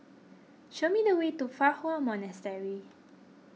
show me the way to Fa Hua Monastery